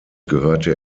gehörte